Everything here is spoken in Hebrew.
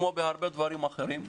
כמו בהרבה דברים אחרים,